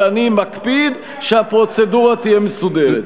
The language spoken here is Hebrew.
אני מקפיד שהפרוצדורה תהיה מסודרת.